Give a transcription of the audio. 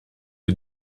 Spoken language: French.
est